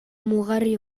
mugarri